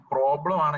Problem